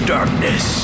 Darkness